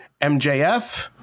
MJF